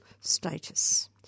status